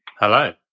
Hello